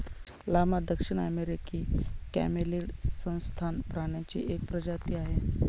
llama दक्षिण अमेरिकी camelid सस्तन प्राण्यांची एक प्रजाती आहे